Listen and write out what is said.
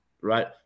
right